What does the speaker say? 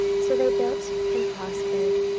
so they built and prospered.